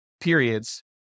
periods